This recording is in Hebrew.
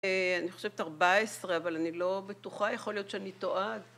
‫אני חושבת 14, אבל אני לא בטוחה, ‫יכול להיות שאני טועה.